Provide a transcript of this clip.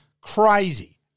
Crazy